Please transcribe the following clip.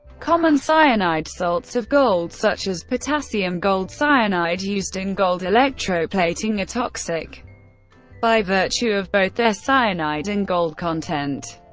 common cyanide salts of gold such as potassium gold cyanide, used in gold electroplating, are toxic by virtue of both their cyanide and gold content.